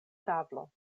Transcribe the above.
tablo